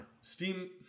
steam